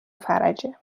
فرجه